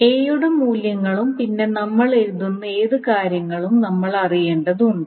a യുടെ മൂല്യങ്ങളും പിന്നെ നമ്മൾ എഴുതുന്ന ഏത് കാര്യങ്ങളും നമ്മൾ അറിയേണ്ടതുണ്ട്